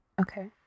Okay